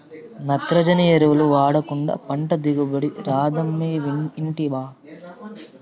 నత్రజని ఎరువులు వాడకుండా పంట దిగుబడి రాదమ్మీ ఇంటివా